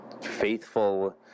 faithful